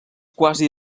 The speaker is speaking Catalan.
quasi